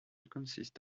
consists